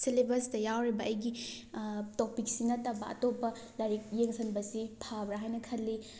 ꯁꯦꯂꯦꯕꯁꯇ ꯌꯥꯎꯔꯤꯕ ꯑꯩꯒꯤ ꯇꯣꯄꯤꯛꯁꯤ ꯅꯠꯇꯕ ꯑꯇꯣꯞꯄ ꯂꯥꯏꯔꯤꯛ ꯌꯦꯡꯖꯟꯕꯁꯤ ꯐꯕ꯭ꯔꯥ ꯍꯥꯏꯅ ꯈꯜꯂꯤ